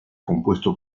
compuesto